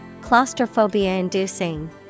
Claustrophobia-inducing